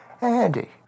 Andy